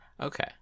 Okay